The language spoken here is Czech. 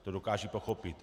To dokážu pochopit.